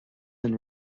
and